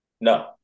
No